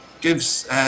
gives